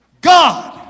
God